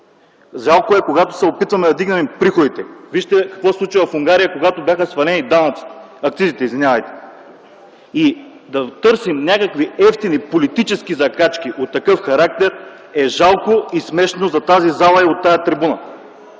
жалко е, когато се опитваме да вдигнем приходите. Вижте какво се случи в Унгария, когато бяха свалени акцизите. Да търсим някакви евтини политически закачки от такъв характер е жалко и смешно за тази зала и от тая трибуна.